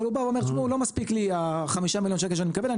אבל הוא אומר לא מספיק לי החמישה מיליון שקל שאני מקבל אני